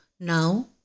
now